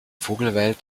vogelwelt